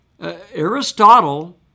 Aristotle